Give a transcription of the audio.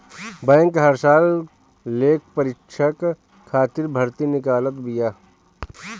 bank हर साल लेखापरीक्षक खातिर भर्ती निकालत बिया